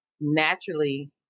Naturally